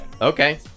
Okay